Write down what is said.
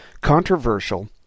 controversial